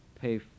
pay